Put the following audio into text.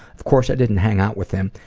of course i didn't hang out with him,